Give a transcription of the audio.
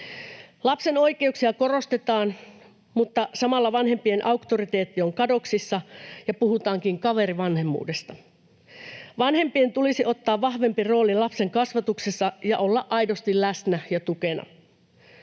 Lapsen oikeuksia korostetaan, mutta samalla vanhempien auktoriteetti on kadoksissa ja puhutaankin kaverivanhemmuudesta. Vanhempien tulisi ottaa vahvempi rooli lapsen kasvatuksessa ja olla aidosti läsnä ja tukena.